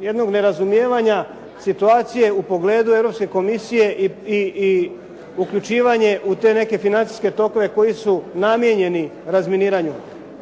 jednog nerazumijevanja situacije u pogledu Europske komisije i uključivanje u te neke financijske tokove koji su namijenjeni razminiranju.